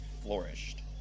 flourished